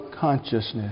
consciousness